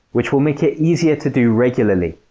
which will make it easier to do regularly.